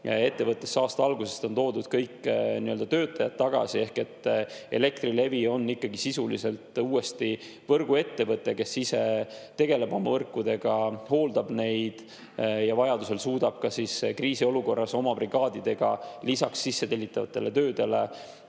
ettevõttesse on aasta algusest toodud kõik töötajad tagasi. Elektrilevi on sisuliselt uuesti võrguettevõte, kes ise tegeleb oma võrkudega, hooldab neid ja vajadusel suudab kriisiolukorras ka oma brigaadidega lisaks sissetellitavate tööde